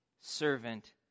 servant